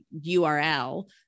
URL